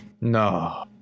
no